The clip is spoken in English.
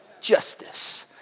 Justice